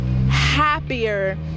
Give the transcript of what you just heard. happier